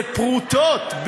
אלה פרוטות.